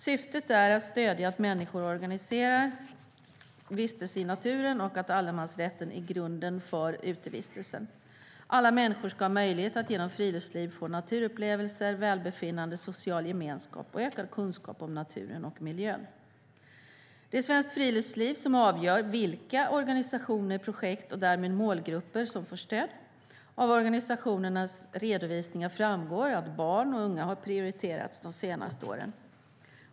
Syftet är att stödja att människor organiserar sig för vistelse i naturen och att allemansrätten är grunden för utevistelsen. Alla människor ska ha möjlighet att genom friluftsliv få naturupplevelser, välbefinnande, social gemenskap och ökad kunskap om naturen och miljön. Det är Svenskt Friluftsliv som avgör vilka organisationer, projekt och därmed målgrupper som får stöd. Av organisationernas redovisningar framgår att barn och unga har prioriterats de senaste åren.